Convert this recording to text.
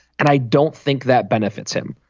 and i don't think that benefits him.